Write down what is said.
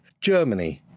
Germany